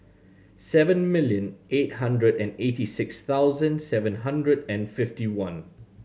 seven million eight hundred and eighty six thousand seven hundred and fifty one